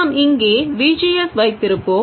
நாம் இங்கே V G S வைத்திருப்போம்